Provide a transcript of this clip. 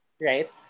right